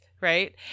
right